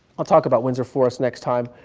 i'll talk about windsor forest next time.